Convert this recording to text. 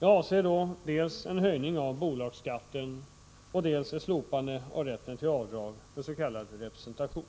Jag avser då dels en höjning av bolagsskatten, dels ett slopande av rätten till avdrag för s.k. representation.